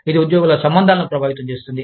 ఇది ఉద్యోగుల సంబంధాలను ప్రభావితం చేస్తుంది